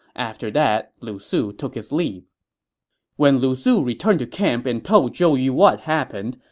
after that, lu su took his leave when lu su returned to camp and told zhou yu what happened,